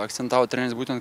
akcentavo treneris būtent